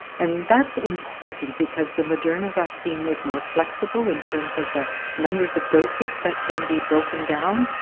and that's important because the moderna vaccine is more flexible in terms of the numbers of doses that can be broken down.